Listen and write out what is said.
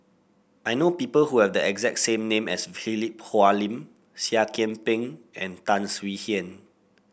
I know people who have the exact same name as Philip Hoalim Seah Kian Peng and Tan Swie Hian